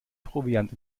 proviant